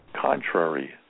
contrary